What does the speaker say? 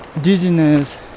dizziness